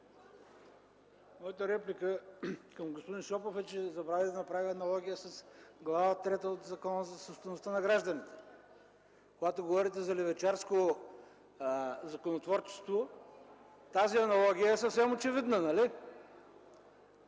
Моята реплика към господин Шопов е, че забрави да направи аналогия с Глава трета от Закона за собствеността на гражданите. Когато говорите за левичарско законотворчество, тази аналогия е съвсем очевидна, нали?